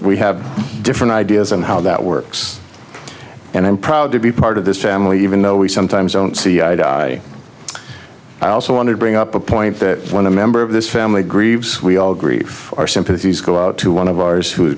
we have different ideas on how that works and i'm proud to be part of this family even though we sometimes don't see eye to eye i also want to bring up a point that when a member of this family grieves we all grief our sympathies go out to one of ours who